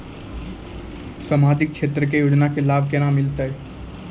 समाजिक क्षेत्र के योजना के लाभ केना मिलतै?